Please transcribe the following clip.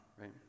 right